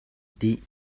dih